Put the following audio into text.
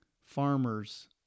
farmers